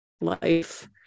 life